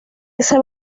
ese